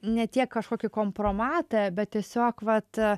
ne tiek kažkokį kompromatą bet tiesiog vat